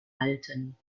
halten